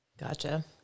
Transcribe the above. Gotcha